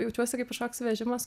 jaučiuosi kaip kažkoks vežimas